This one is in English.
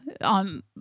on